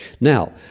Now